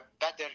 better